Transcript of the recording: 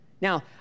Now